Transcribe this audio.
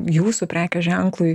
jūsų prekės ženklui